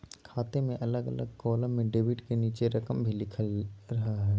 खाते में अलग अलग कालम में डेबिट के नीचे रकम भी लिखल रहा हइ